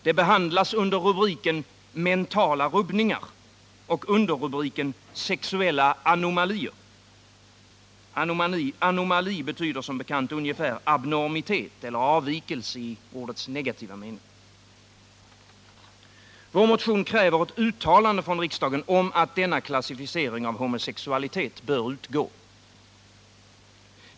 Det behandlas under rubriken ”mentala rubbningar” och underrubriken ”sexuella anomalier”. Anomali betyder som bekant ungefär abnormitet eller avvikelse i ordets negativa mening. Vår motion kräver ett uttalande från riksdagen om att denna klassificering av homosexualitet bör utgå.